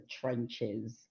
trenches